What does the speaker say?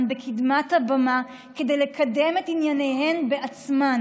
בקדמת הבמה כדי לקדם את ענייניהן בעצמן.